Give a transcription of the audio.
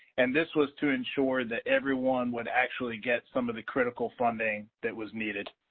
and this was to ensure that everyone would actually get some of the critical funding that was needed.